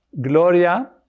Gloria